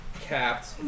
capped